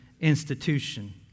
institution